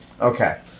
Okay